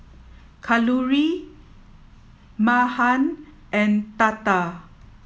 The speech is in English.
Kalluri Mahan and Tata